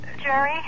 Jerry